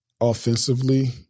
offensively